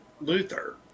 Luther